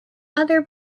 other